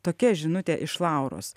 tokia žinutė iš lauros